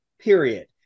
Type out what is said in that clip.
period